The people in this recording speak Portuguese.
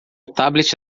tablet